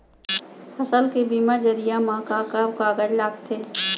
फसल के बीमा जरिए मा का का कागज लगथे?